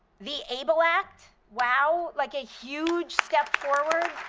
the able act, wow, like a huge step forward.